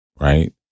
Right